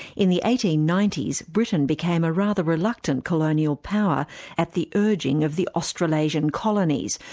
in the eighteen ninety s, britain became a rather reluctant colonial power at the urging of the australasian colonies,